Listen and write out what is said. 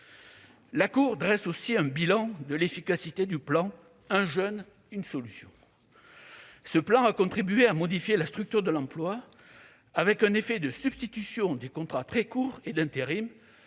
La Cour dresse aussi un bilan de l'efficacité du plan « 1 jeune, 1 solution ». Ce plan a contribué à modifier la structure de l'emploi : aux contrats très courts et d'intérim